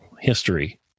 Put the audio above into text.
history